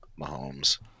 Mahomes